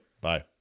Bye